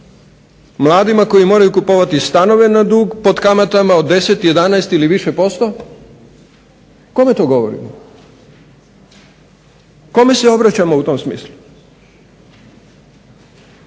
mladi koji moraju kupovati stanove na dug pod kamatama od 10,11 ili više posto, kome to govorimo? Kome se obraćamo u tom smislu?